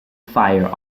fire